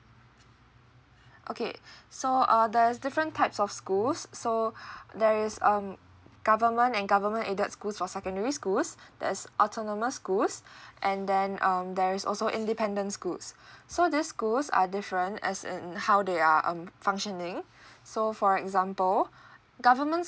okay so uh there's different types of schools so there is um government and government aided schools for secondary schools there's autonomous schools and then um there is also independent schools so these schools are different as in how they are um functioning so for example government